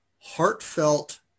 heartfelt